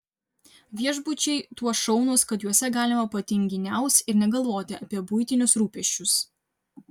viešbučiai tuo šaunūs kad juose galima patinginiaus ir negalvoti apie buitinius rūpesčius